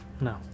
no